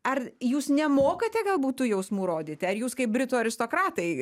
ar jūs nemokate galbūt tų jausmų rodyti ar jūs kaip britų aristokratai